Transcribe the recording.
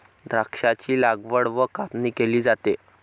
द्राक्षांची लागवड व कापणी केली जाते